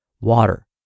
Water